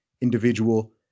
individual